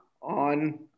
on